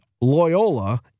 Loyola